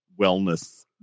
wellness